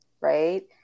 Right